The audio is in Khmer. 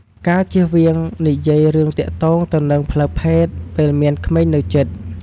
ការជៀសវាងនិយាយរឿងទាក់ទងទៅនឹងផ្លូវភេទ ពេលមានក្មេងនៅជិត។